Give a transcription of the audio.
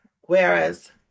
Whereas